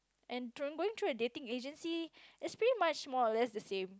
and through going through a dating agency is pretty much more or less the same